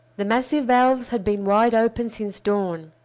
the massive valves had been wide open since dawn.